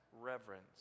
reverence